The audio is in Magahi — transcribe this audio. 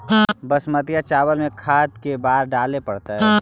बासमती चावल में खाद के बार डाले पड़तै?